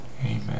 Amen